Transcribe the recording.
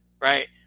Right